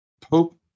Pope